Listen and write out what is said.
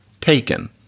taken